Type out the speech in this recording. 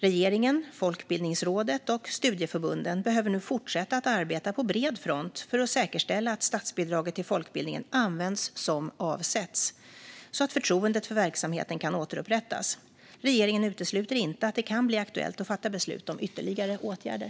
Regeringen, Folkbildningsrådet och studieförbunden behöver nu fortsätta att arbeta på bred front för att säkerställa att statsbidraget till folkbildningen används som avsetts, så att förtroendet för verksamheten kan återupprättas. Regeringen utesluter inte att det kan bli aktuellt att fatta beslut om ytterligare åtgärder.